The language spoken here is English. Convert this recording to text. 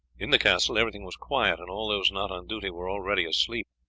in the castle everything was quiet, and all those not on duty were already asleep.